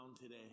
today